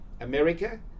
America